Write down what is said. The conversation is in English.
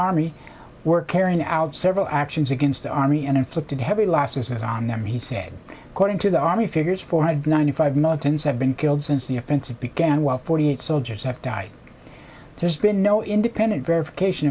army were carrying out several actions against the army and inflicted heavy losses on them he said according to the army figures four hundred ninety five militants have been killed since the offensive began while forty eight soldiers have died there's been no independent verification